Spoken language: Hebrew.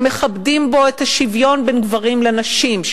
שמכבדים בו את השוויון בין גברים לנשים,